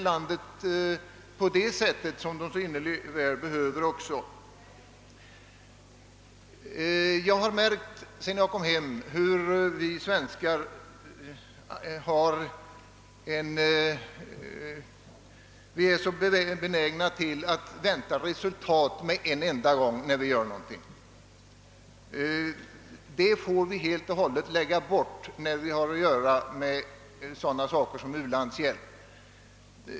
Landet får även därigenom den hjälp det så väl behöver. Sedan jag kommit hem har jag märkt att vi svenskar är benägna att vänta resultat med en enda gång. Det får vi lägga bort helt och hållet när vi har att göra med u-landshjälp.